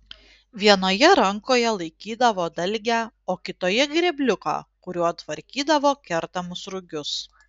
vienoje rankoje laikydavo dalgę o kitoje grėbliuką kuriuo tvarkydavo kertamus rugius